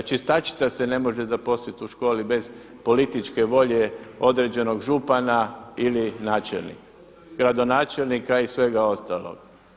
Čistačica se ne može zaposliti u školi bez političke volje određenog župana ili načelnika, gradonačelnika i svega ostalog.